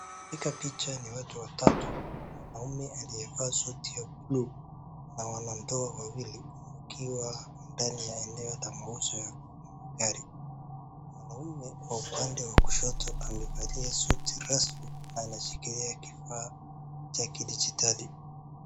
Katika picha ni watu watatu. Mwanamume aliyevaa suti ya blue na wanandoa wawili wakiwa ndani ya eneo la mauzo ya magari. Mwanamume wa upande wa kushoto amevalia suti rasmi na ameshikilia kifaa cha kidijitali.